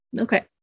Okay